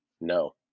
no